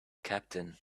captain